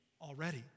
already